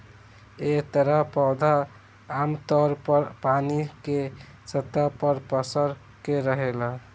एह तरह पौधा आमतौर पर पानी के सतह पर पसर के रहेला